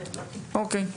אוקיי.